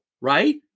right